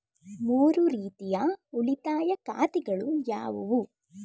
ಮೂರು ರೀತಿಯ ಉಳಿತಾಯ ಖಾತೆಗಳು ಯಾವುವು?